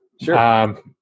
Sure